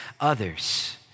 others